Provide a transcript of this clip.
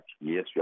Yes